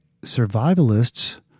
survivalists